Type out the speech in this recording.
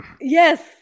Yes